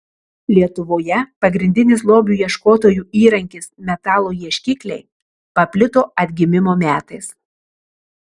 lietuvoje pagrindinis lobių ieškotojų įrankis metalo ieškikliai paplito atgimimo metais